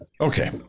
Okay